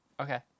Okay